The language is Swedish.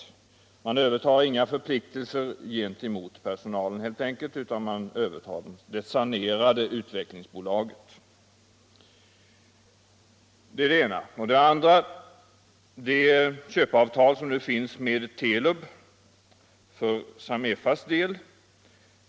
Man övertar helt enkelt inga förpliktelser gentemot personalen, utan man övertar det sanerade Utvecklingsaktiebolaget. Det är den första punkten. Den andra punkten gäller det köpeavtal som nu finns med Telub för Samefas del.